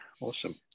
Awesome